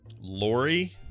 lori